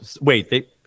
wait